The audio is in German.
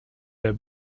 der